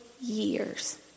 years